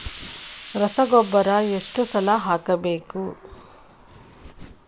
ರಸಗೊಬ್ಬರ ಎಷ್ಟು ಸಲ ಹಾಕಬೇಕು?